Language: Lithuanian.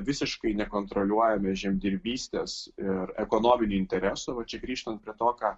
visiškai nekontroliuojame žemdirbystės ir ekonominio intereso va čia grįžtant prie to ką